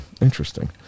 Interesting